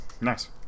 Nice